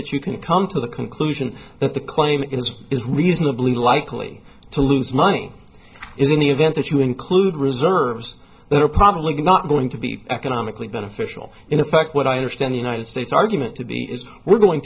that you can come to the conclusion that the claim is is reasonably likely to lose money is in the event that you include reserves that are probably not going to be economically beneficial in effect what i understand the united states argument to be is we're going